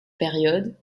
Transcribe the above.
période